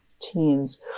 teens